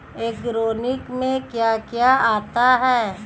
Organic में क्या क्या आता है?